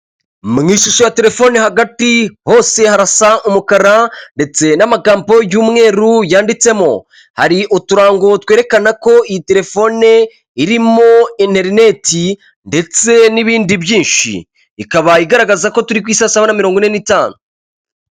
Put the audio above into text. Mu ishusho ya telefone hagati hose harasa umukara ndetse n'amagambo y'umweru yanditsemo, hari uturango twerekana ko iyi telefone irimo interineti ndetse n'ibindi byinshi, ikaba igaragaza ko turi ku isaha mirongo ine ni itanu.